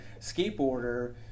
skateboarder